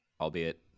Albeit